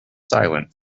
silent